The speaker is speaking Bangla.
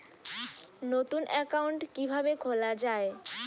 নতুন একাউন্ট কিভাবে খোলা য়ায়?